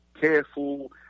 careful